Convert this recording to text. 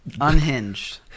Unhinged